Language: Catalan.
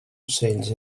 ocells